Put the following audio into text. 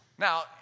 Now